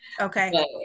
Okay